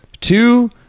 Two